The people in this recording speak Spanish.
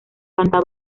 planta